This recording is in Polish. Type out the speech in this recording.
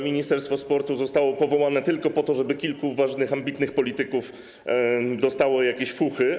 Ministerstwo sportu zostało powołane tylko po to, żeby kilku ważnych, ambitnych polityków dostało jakieś fuchy.